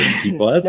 people